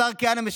השר כהנא,